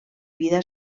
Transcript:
vida